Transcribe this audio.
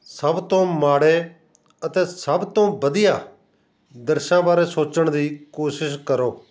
ਸਭ ਤੋਂ ਮਾੜੇ ਅਤੇ ਸਭ ਤੋਂ ਵਧੀਆ ਦ੍ਰਿਸ਼ਾਂ ਬਾਰੇ ਸੋਚਣ ਦੀ ਕੋਸ਼ਿਸ਼ ਕਰੋ